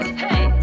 hey